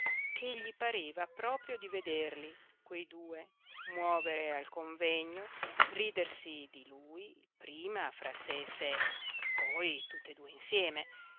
che gli pareva proprio di vederli quei due muovere al convegno ridersi di lui prima fra sé e sé poi tutt'e due insieme